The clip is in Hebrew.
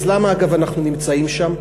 למה אנחנו נמצאים שם?